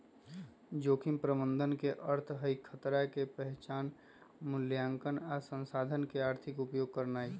जोखिम प्रबंधन के अर्थ हई खतरा के पहिचान, मुलायंकन आ संसाधन के आर्थिक उपयोग करनाइ